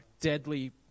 deadly